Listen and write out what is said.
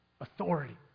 authority